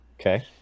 Okay